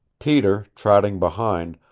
peter, trotting behind,